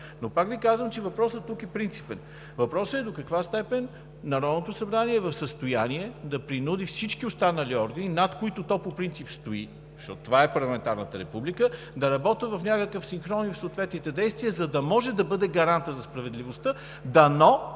Но пак Ви казвам, че въпросът тук е принципен. Въпросът е до каква степен Народното събрание е в състояние да принуди всички останали органи, над които то по принцип стои, защото това е парламентарната република, да работят в някакъв синхрон и със съответните действия, за да може да бъде гарант за справедливостта. Дано